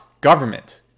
government